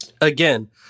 Again